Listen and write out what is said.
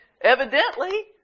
Evidently